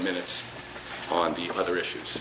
minutes on the other issues